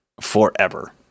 forever